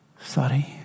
sorry